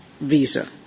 visa